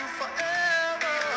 forever